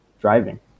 driving